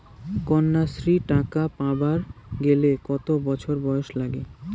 কন্যাশ্রী টাকা পাবার গেলে কতো বছর বয়স লাগে?